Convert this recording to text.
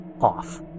off